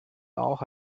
auch